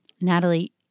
Natalie